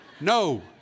No